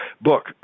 book